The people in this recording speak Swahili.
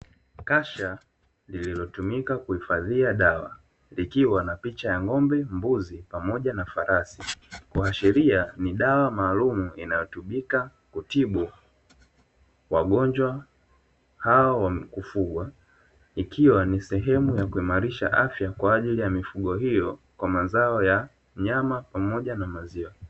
Kasha lililotumika kuhifadhia dawa, likiwa na picha ya ng'ombe, mbuzi pamoja na farasi kuashiria ni dawa maalumu inayotumika kutibu wagonjwa hao wakufungwa, ikiwa ni sehemu ya kuimarisha afya kwa ajili ya mifugo hiyo kwa mazao ya nyama pamoja na maziwa.